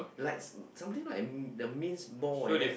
like something like the minced ball like that